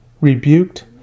rebuked